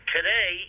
Today